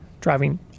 Driving